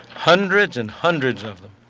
hundreds and hundreds of them,